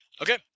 Okay